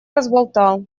разболтал